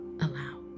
allow